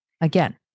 again